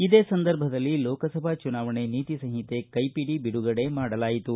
ಇದೇ ಸಂದರ್ಭದಲ್ಲಿ ಲೋಕಸಭಾ ಚುನಾವಣೆ ನೀತಿಸಂಹಿತೆ ಕೈಪಿಡಿ ಬಿಡುಗಡೆ ಮಾಡಲಾಯಿತು